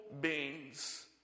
beings